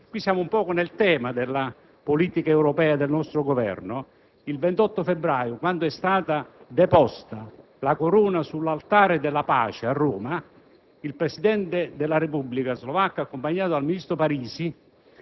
(qui siamo un po' nel tema della politica europea del nostro Governo), quando è stata deposta la corona sull'Altare della Patria a Roma, il Presidente della Repubblica Slovacca, accompagnato dal ministro Parisi,